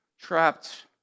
trapped